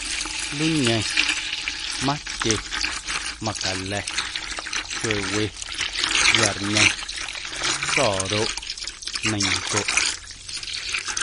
Luñe, matye, macala̱, xuewe, yarñe, so̱roꞌ, neiⁿncoꞌ.